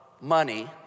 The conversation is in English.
money